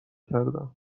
کردم